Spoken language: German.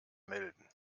melden